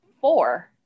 four